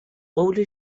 قول